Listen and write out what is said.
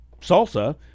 salsa